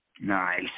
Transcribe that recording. Nice